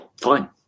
fine